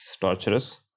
torturous